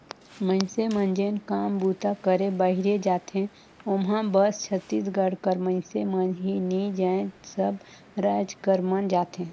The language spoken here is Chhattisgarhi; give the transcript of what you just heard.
मइनसे मन जेन काम बूता करे बाहिरे जाथें ओम्हां बस छत्तीसगढ़ कर मइनसे मन ही नी जाएं सब राएज कर मन जाथें